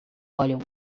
olham